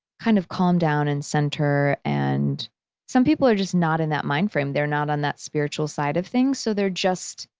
kind of, calm down and center, and some people are just not in that mind frame. they're not on that spiritual side of things so they're just,